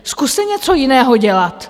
Zkuste něco jiného dělat.